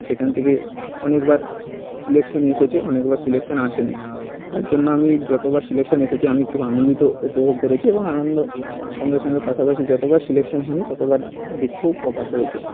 সেখান থেকে অনেক বার সিলেকশন এসেছে অনেকবার সিলেকশন আসেনি তার জন্য আমি যতবার সিলেকশন এসেছে আমি খুব আনন্দিত উপভোগ করেছি এবং আনন্দ সঙ্গে সঙ্গে পাশাপাশি যতবার সিলেকশন হয়নি ততবার খুব দুঃখও প্রকাশ হয়েছে